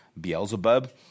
Beelzebub